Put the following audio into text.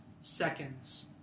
seconds